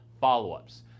follow-ups